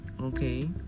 okay